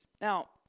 Now